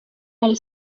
elle